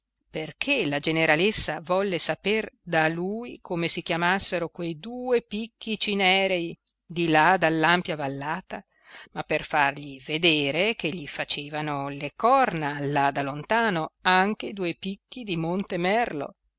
perché la generalessa volle saper da lui come si chiamassero quei due picchi cinerulei di là dall'ampia vallata ma per fargli vedere che gli facevano le corna là da lontano anche i due picchi di monte merlo